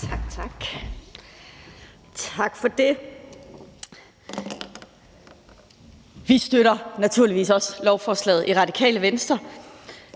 (RV): Tak for det. Vi støtter naturligvis også lovforslaget i Radikale Venstre.